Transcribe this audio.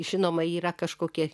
žinoma yra kažkokia